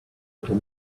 little